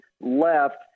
left